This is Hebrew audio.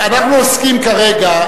אנחנו עוסקים כרגע,